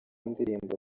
ndirimbo